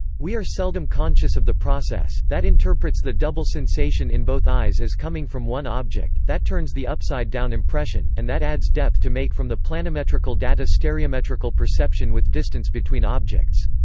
we are seldom conscious of the process, that interprets the double sensation in both eyes as coming from one object that turns the upside down impression and that adds depth to make from the planimetrical data stereometrical perception with distance between objects.